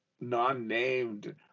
non-named